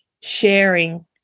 sharing